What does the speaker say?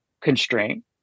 constraint